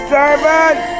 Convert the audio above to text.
Servant